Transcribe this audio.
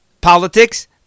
politics